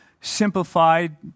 simplified